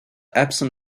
epsom